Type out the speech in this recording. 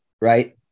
right